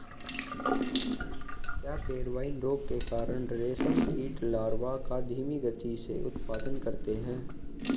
क्या पेब्राइन रोग के कारण रेशम कीट लार्वा का धीमी गति से उत्पादन करते हैं?